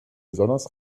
besonders